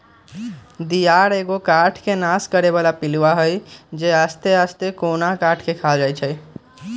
दियार एगो काठ के नाश करे बला पिलुआ हई जे आस्ते आस्ते कोनो काठ के ख़ा जाइ छइ